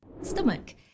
Stomach